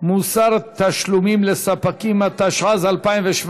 מוסר תשלומים לספקים, התשע"ז 2017,